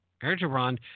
Erdogan